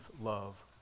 love